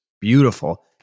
beautiful